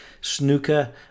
snooker